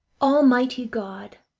almighty god!